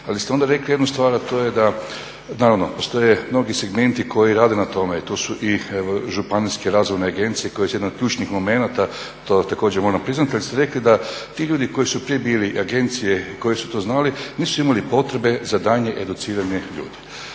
Ali ste onda rekli jednu stvar a to je da, naravno postoje mnogi segmenti koji rade na tome i tu su evo županijske razvojne agencije koje su jedan od ključnih momenata, to također moramo priznati, ali ste rekli da ti ljudi koji su prije bili agencije koji su to znali, nisu imali potrebe za daljnje educiranje ljudi.